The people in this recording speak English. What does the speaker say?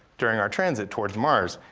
during our transit towards mars.